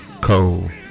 cold